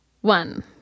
one